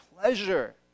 pleasure